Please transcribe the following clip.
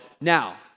now